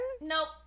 nope